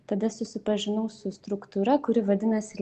tada susipažinau su struktūra kuri vadinasi